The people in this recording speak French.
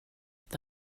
est